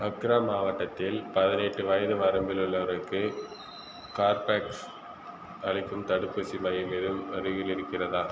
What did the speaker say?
Accra மாவட்டத்தில் பதினெட்டு வயது வரம்பில் உள்ளவருக்கு கார்பேக்ஸ் அளிக்கும் தடுப்பூசி மையம் எதுவும் அருகில் இருக்கிறதா